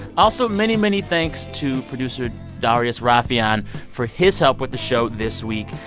also, many, many thanks to producer darius rafieyan for his help with the show this week.